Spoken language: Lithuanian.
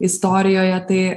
istorijoje tai